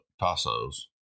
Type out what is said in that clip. Tasso's